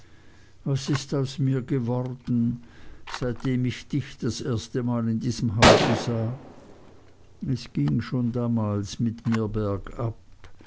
was ist aus mir geworden seitdem ich dich das erste mal in diesem hause sah es ging schon damals mit mir bergab